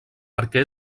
perquè